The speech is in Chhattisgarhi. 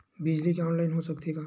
बिजली के ऑनलाइन हो सकथे का?